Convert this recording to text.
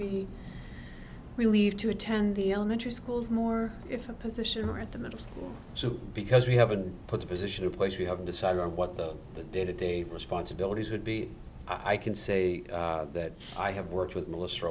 be relieved to attend the elementary schools more if a position or at the middle school so because we haven't put the position of place we haven't decided on what the the day to day responsibilities would be i can say that i have worked with m